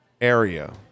area